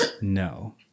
no